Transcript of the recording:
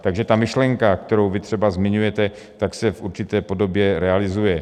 Takže ta myšlenka, kterou vy třeba zmiňujete, ta se v určité podobě realizuje.